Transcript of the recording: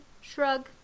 shrug